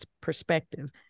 perspective